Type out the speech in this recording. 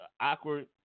awkward